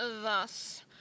thus